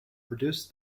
produced